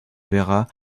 vera